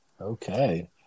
Okay